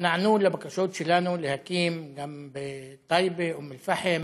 נענו לבקשות שלנו להקים, גם בטייבה, באום אל-פחם